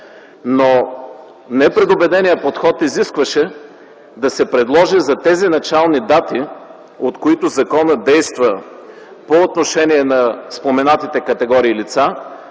но непредубеденият подход изискваше да се предложи за тези начални дати, от които законът действа по отношение на споменатите категории и лица,